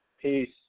Peace